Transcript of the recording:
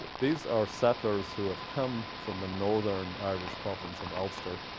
these are settlers who have come from the northern irish province of ulster.